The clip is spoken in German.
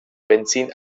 benzin